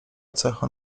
cechą